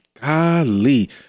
Golly